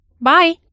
Bye